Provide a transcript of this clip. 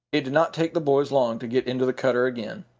it did not take the boys long to get into the cutter again.